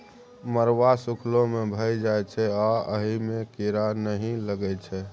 मरुआ सुखलो मे भए जाइ छै आ अहि मे कीरा नहि लगै छै